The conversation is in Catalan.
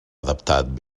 adaptat